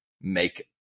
make